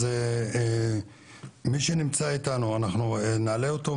אז מי שנמצא איתנו אנחנו נעלה אותו,